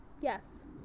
yes